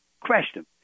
Question